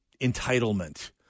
entitlement